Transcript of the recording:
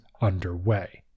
underway